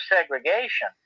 segregation